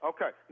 Okay